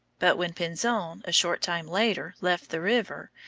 but when pinzon, a short time later, left the river,